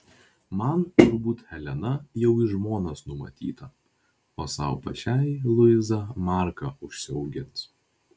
man turbūt helena jau į žmonas numatyta o sau pačiai luiza marką užsiaugins